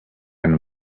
and